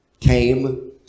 came